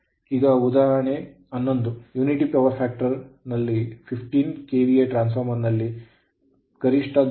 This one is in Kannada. ಈಗ ಉದಾಹರಣೆ 11 unity power factor ದಲ್ಲಿ 15 KVA ಟ್ರಾನ್ಸ್ ಫಾರ್ಮರ್ ನಲ್ಲಿ ತನ್ನ ಗರಿಷ್ಠ ದಕ್ಷತೆ0